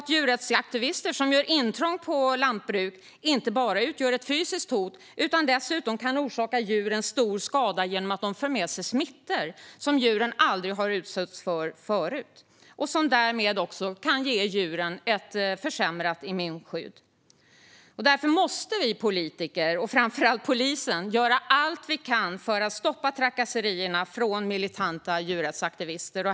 Djurrättsaktivister som gör intrång på lantbruk utgör inte bara ett fysiskt hot utan kan dessutom orsaka djuren stor skada genom att de för med sig smittor som djuren aldrig har utsatts för tidigare och som därmed kan ge djuren ett försämrat immunskydd. Därför måste vi politiker, och framför allt polisen, göra allt vi kan för att stoppa trakasserierna från militanta djurrättsaktivister.